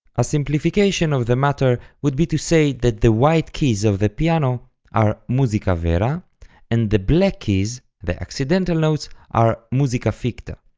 a simplification of the matter would be to say that the white keys of the piano are musica vera and the black keys, the accidental notes, are musica ficta.